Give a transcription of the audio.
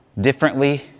differently